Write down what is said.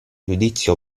giudizio